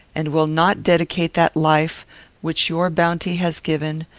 and will not dedicate that life which your bounty has given,